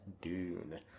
Dune